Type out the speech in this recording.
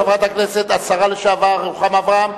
חברת הכנסת השרה לשעבר רוחמה אברהם,